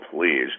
please